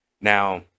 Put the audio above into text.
Now